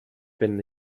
been